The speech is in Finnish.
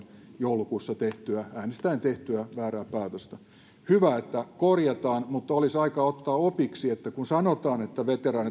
joulukuussa tehtyä äänestäen tehtyä väärää päätöstä hyvä että korjataan mutta olisi aika ottaa opiksi niin että kun sanotaan että veteraanit ovat tehneet arvokasta työtä ja